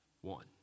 one